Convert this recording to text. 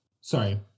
sorry